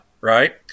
right